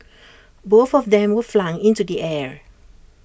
both of them were flung into the air